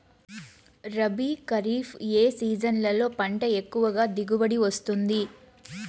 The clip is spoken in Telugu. రబీ, ఖరీఫ్ ఏ సీజన్లలో పంట ఎక్కువగా దిగుబడి వస్తుంది